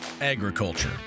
agriculture